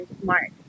smart